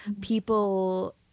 people